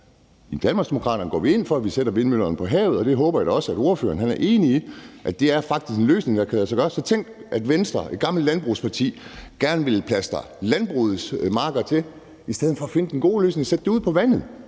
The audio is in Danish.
I Danmarksdemokraterne går vi ind for, at vi sætter vindmøllerne op på havet, og der håber jeg da også, at ordføreren er enig i, at det faktisk er en løsning, der kan lade sig gøre. Så tænk, at Venstre, et gammelt landbrugsparti, gerne vil plastre landbrugets marker til i stedet for at finde den gode løsning og sætte det op ude på vandet,